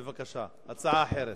בבקשה, הצעה אחרת.